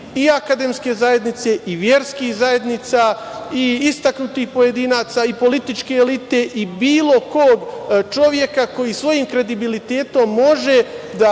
i akademske zajednice i verskih zajednica i istaknutih pojedinaca i političke elite i bilo kog čoveka koji svojim kredibilitetom može da